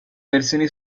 versione